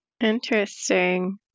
interesting